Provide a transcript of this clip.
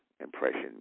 impression